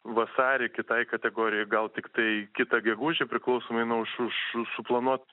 vasarį kitai kategorijai gal tiktai kitą gegužę priklausomai nuo su su suplanuot